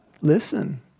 listen